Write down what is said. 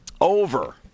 Over